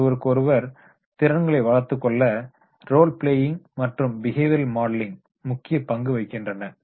ஒருவருக்கொருவர் திறன்களை வளர்த்துக்கொள்ள ரோல் பிளேயிங் மற்றும் பிஹேவியர் மாடலிங் முக்கிய பங்கு வகிக்கின்றன